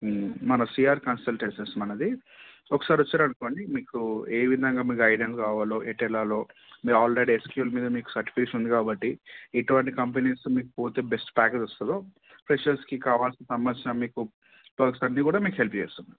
మన CR consultancies మనది ఒక సారి వచ్చారు అనుకోండి మీకు ఏ విధంగా మీకు గైడెన్స్ కావాలో ఎటు వెళ్ళాలో మీర్ ఆల్రెడీ ఎస్క్యూఎల్ మీద మీకు సర్టిఫికేషన్ ఉంది కాబట్టి ఇటువంటి కంపెనీస్ మీకుపోతే బెస్ట్ ప్యాకేజ్ వస్తుందో ఫ్రెషర్స్కి కావాల్సిన సమస్తం మీకు ప్రాసెస్ అన్నికూడా మీకు హెల్ప్ చేస్తాం మేము